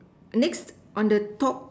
next on the top